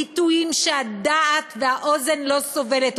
ביטויים שהדעת והאוזן לא סובלת,